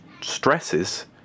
stresses